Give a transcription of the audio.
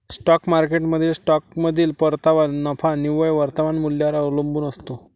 stock मार्केटमधील स्टॉकमधील परतावा नफा निव्वळ वर्तमान मूल्यावर अवलंबून असतो